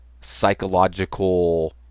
psychological